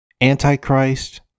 antichrist